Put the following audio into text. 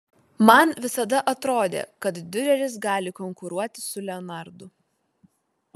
man visada atrodė kad diureris gali konkuruoti su leonardu